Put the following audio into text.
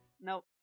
Nope